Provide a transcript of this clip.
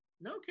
No